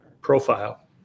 profile